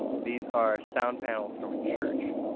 these are sound panels from a church,